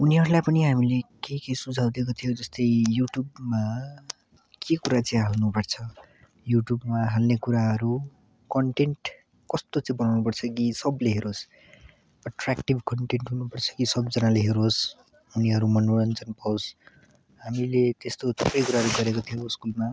उनीहरूलाई पनि हामीले के के सुझाउ दिएको थियौँ जस्तै युट्युबमा के कुरा चाहिँ हाल्नु पर्छ युट्युबमा हाल्ने कुराहरू कन्टेन्ट कस्तो चाहिँ बनाउनु पर्छ कि सबले हेरोस् अट्राक्टिभ कन्टेन्ट हुनु पर्छ कि सबैजनाले हेरोस् उनीहरू मनोरञ्जन पाओस् हामीले त्यस्तो धेरै कुराहरू गरेको थियौँ स्कुलमा